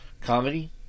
Comedy